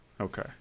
Okay